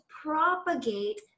propagate